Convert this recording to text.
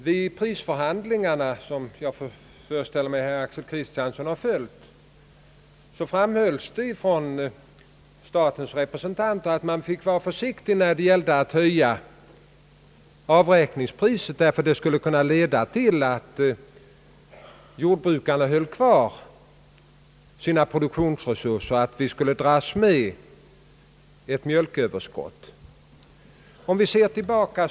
Vid prisförhandlingarna, som jag föreställer mig att herr Kristiansson har följt, framhöll statens representanter att man fick vara försiktig med att höja avräkningspriset, ty det skulle kunna leda till att jordbrukarna höll kvar sina produktionsresurser och att vi skulle dras med ett mjölköverskott.